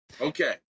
Okay